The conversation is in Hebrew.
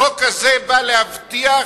החוק הזה בא להבטיח